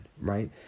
right